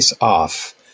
off